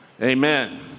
amen